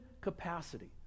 capacity